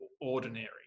ordinary